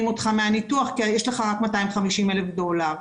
אותך מהניתוח כי יש לך רק 250 אלף דולר.